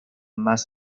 más